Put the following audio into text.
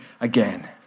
again